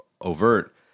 overt